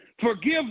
forgive